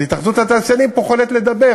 אז התאחדות התעשיינים פוחדת לדבר.